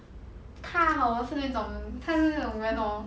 他 hor 是那种他是那种人 hor